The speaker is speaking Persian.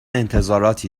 انتظاراتی